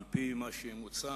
על-פי מה שמוצע,